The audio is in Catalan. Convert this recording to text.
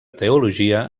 teologia